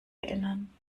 erinnern